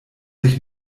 sich